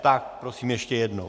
Tak prosím ještě jednou.